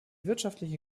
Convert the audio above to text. wirtschaftliche